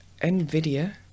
NVIDIA